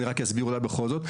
אני רק אסביר אולי בכל זאת,